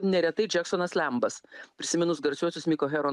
neretai džeksonas lembas prisiminus garsiuosius miko herono